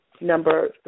Number